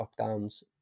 lockdowns